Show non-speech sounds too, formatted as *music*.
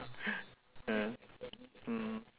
*breath* ah mm